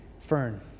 Fern